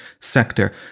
sector